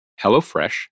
HelloFresh